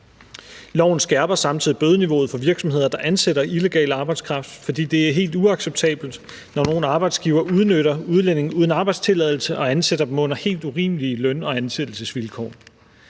Loven skærper samtidig bødeniveauet for virksomheder, der ansætter illegal arbejdskraft, fordi det er helt uacceptabelt, når nogle arbejdsgivere udnytter udlændinge uden arbejdstilladelse og ansætter dem under helt urimelige løn- og ansættelsesvilkår.